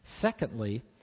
Secondly